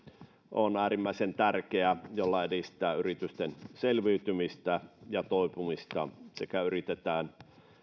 on äärimmäisen tärkeä asia jolla edistetään yritysten selviytymistä ja toipumista sekä yritetään